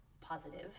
positive